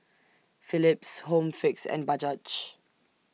Philips Home Fix and Bajaj